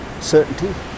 certainty